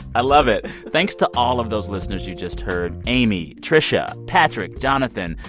i love it. thanks to all of those listeners you just heard amy, tricia, patrick, jonathan,